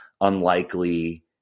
unlikely